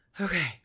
Okay